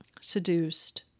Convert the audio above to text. seduced